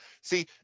See